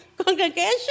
congregation